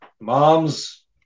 moms